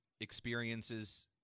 experiences